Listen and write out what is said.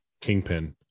Kingpin